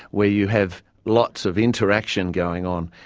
where you have lots of interaction going on,